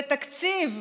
זה תקציב.